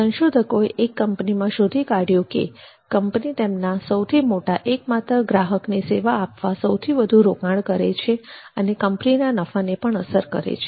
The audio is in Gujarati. સંશોધકોએ એક કંપનીમાં શોધી કાઢ્યું કે કંપની તેમના સૌથી મોટા એકમાત્ર ગ્રાહકને સેવા આપવા સૌથી વધુ રોકાણ કરે છે અને તે કંપનીના નફાને પણ અસર કરે છે